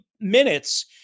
minutes –